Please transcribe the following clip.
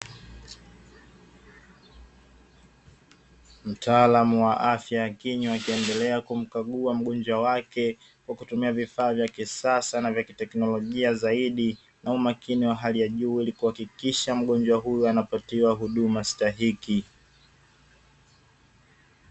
Mtaalamu wa afya ya kinywa akiendelea kumkagua mgonjwa wake, kwa kutumia vifaa vya kisasa na vya kiteknolojia zaidi na umakini wa hali ya juu ili kuhakikisha mgonjwa huyu anapatiwa huduma stahiki.